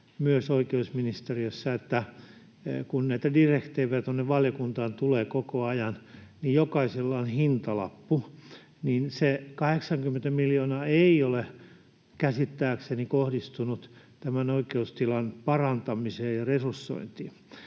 myös oikeusministeriössä, että kun näitä direktiivejä tuonne valiokuntaan tulee koko ajan, niin jokaisella on hintalappu. Se 80 miljoonaa ei ole käsittääkseni kohdistunut tämän oikeustilan parantamiseen ja resursointiin.